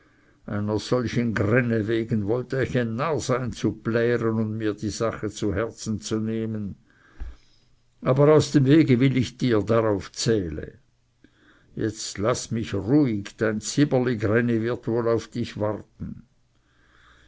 solchen gränne wegen wollte ich ein narr sein zu plären und mir die sache zu herzen zu nehmen aber aus dem wege will ich dir darauf zähle und jetzt laß mich ruhig dein zyberligränni wird wohl auf dich warten